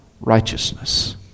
righteousness